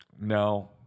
No